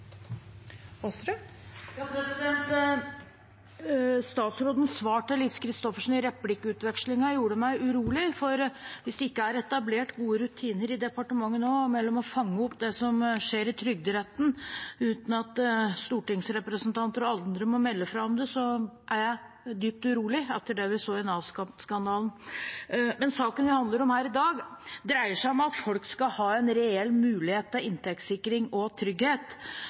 Statsrådens svar til Lise Christoffersen i replikkvekslingen gjorde meg urolig. Hvis det ikke er etablert gode rutiner i departementet nå for å fange opp det som skjer i Trygderetten uten at stortingsrepresentanter og andre må melde fra om det, er jeg dypt urolig etter det vi så i Nav-skandalen. Men saken vi behandler her i dag, dreier seg om at folk skal ha en reell mulighet til inntektssikring og trygghet.